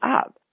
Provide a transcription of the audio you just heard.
up